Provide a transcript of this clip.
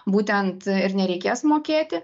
būtent ir nereikės mokėti